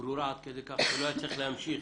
ברורה עד כדי כך שלא היה צריך להמשיך.